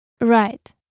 Right